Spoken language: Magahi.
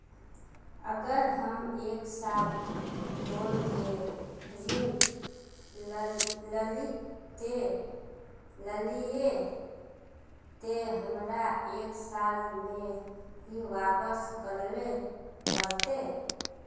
अगर हम एक साल बोल के ऋण लालिये ते हमरा एक साल में ही वापस करले पड़ते?